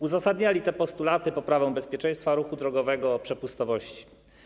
Uzasadniali te postulaty poprawą bezpieczeństwa ruchu drogowego, przepustowości.